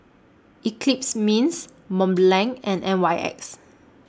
Eclipse Mints Mont Blanc and N Y X